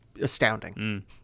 astounding